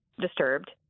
disturbed